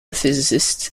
physicists